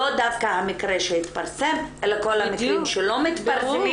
לא דווקא המקרה שהתפרסם אלא כל המקרים שלא מתפרסמים